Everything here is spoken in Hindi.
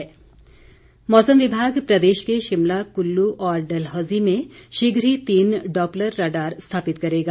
मौसम कार्यशाला मौसम विभाग प्रदेश के शिमला कुल्लू और डलहौजी में शीघ ही तीन डॉप्लर राडॉर स्थापित करेगा